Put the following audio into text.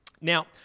Now